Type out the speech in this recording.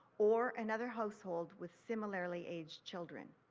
or another household with similarly aged children.